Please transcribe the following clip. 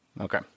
Okay